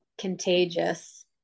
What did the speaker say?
contagious